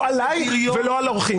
לא עליי ולא על אורחים.